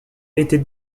était